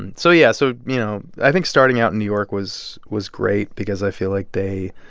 and so yeah. so, you know, i think starting out in new york was was great because i feel like they